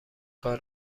کار